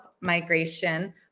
migration